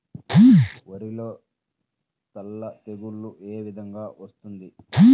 వరిలో సల్ల తెగులు ఏ విధంగా వస్తుంది?